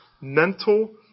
mental